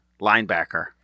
linebacker